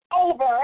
over